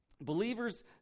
believers